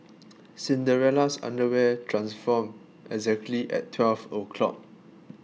Cinderella's underwear transformed exactly at twelve o'clock